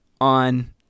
on